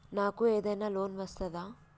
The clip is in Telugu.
నాకు ఏదైనా లోన్ వస్తదా?